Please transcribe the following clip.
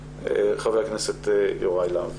חבר הכנסת יוראי להב.